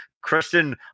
christian